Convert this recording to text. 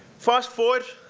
fast forward,